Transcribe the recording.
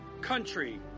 country